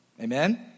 Amen